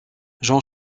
jean